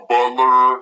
Butler